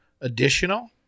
additional